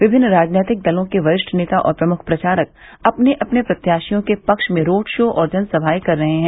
विभिन्न राजनैतिक दलों के वरिष्ठ नेता और प्रमुख प्रचारक अपने अपने प्रत्याशियों के पक्ष में रोड शो और जनसभाएं कर रहे हैं